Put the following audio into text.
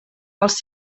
els